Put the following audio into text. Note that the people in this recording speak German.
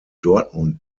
dortmund